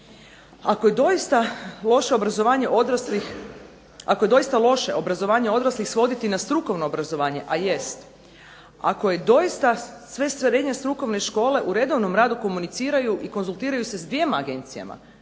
Ako je doista loše obrazovanje odraslih svoditi na strukovno obrazovanje a jest, ako je doista sve srednje strukovne škole u redovnom radu komuniciraju i konzultiraju se s dvjema agencijama,